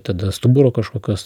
tada stuburo kažkokios